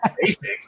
basic